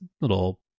little